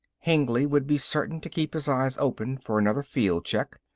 hengly would be certain to keep his eyes open for another field check.